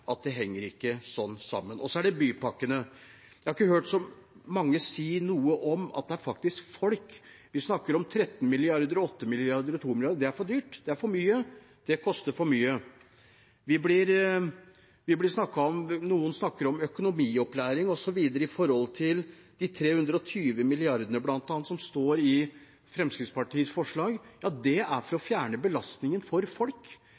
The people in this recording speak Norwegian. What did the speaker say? at det ikke er slik det henger sammen. Så er det bypakkene. Jeg har ikke hørt så mange si noe om at det faktisk gjelder folk. Vi snakker om 13 mrd. kr, 8 mrd. kr og 2 mrd. kr, at det er for dyrt, det er for mye, det koster for mye. Noen snakker om økonomiopplæring osv. når det gjelder bl.a. de 320 mrd. kr som står i Fremskrittspartiets forslag. Ja, det er for å fjerne belastningen for folk,